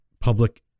public